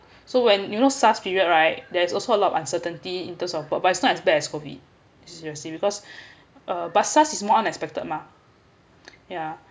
so when you know SARS period right there's also a lot of uncertainty in terms of but it's not as bad as COVID seriously because uh but SARS is more unexpected mah yeah